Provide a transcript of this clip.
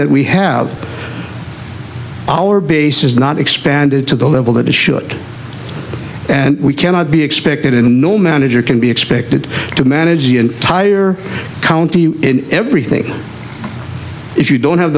that we have our base has not expanded to the level that it should and we cannot be expected in a normal manager can be expected to manage the entire county in everything if you don't have